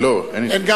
לא, אין הסתייגויות.